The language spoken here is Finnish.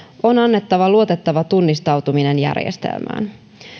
on annettava luotettava tunnistautuminen järjestelmään